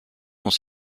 sont